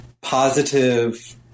positive